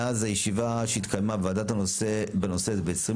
מאז הישיבה שהתקיימה ועדת הנושא בנושא ב-20